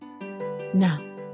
Now